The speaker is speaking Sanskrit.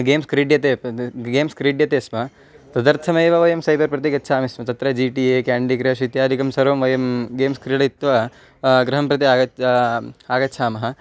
गेम्स् क्रीड्यते गेम्स् क्रीड्यते स्म तदर्थमेव वयं सैबर् प्रति गच्छामि स्म तत्र G T A candy crush इत्यादिकं सर्वं वयं गेम्स् क्रीडयित्वा गृहं प्रति आगत्य आगच्छामः